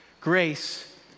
Grace